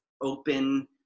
open